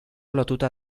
lotuta